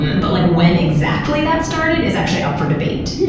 and but like when exactly that started is actually up for debate.